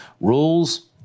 rules